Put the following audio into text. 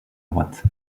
droite